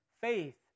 faith